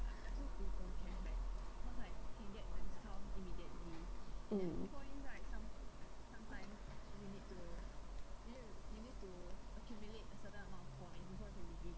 mm